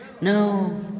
No